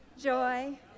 joy